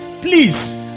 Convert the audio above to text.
Please